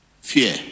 fear